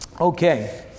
Okay